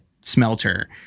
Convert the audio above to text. smelter